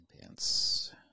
Pants